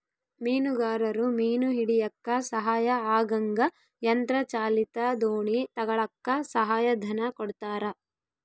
ಮೀನುಗಾರರು ಮೀನು ಹಿಡಿಯಕ್ಕ ಸಹಾಯ ಆಗಂಗ ಯಂತ್ರ ಚಾಲಿತ ದೋಣಿ ತಗಳಕ್ಕ ಸಹಾಯ ಧನ ಕೊಡ್ತಾರ